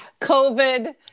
COVID